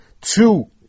two